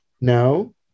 No